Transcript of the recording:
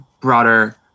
broader